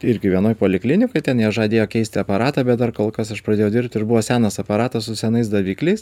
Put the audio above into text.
irgi vienoj poliklinikoj ten jie žadėjo keisti aparatą bet dar kol kas aš pradėjau dirbti ir buvo senas aparatas su senais davikliais